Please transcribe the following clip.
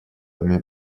вами